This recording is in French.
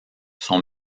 sont